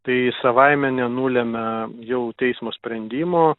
tai savaime nenulemia jau teismo sprendimo